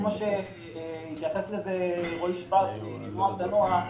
כמו שהתייחס לזה רועי שוורץ, מנוע תנוע,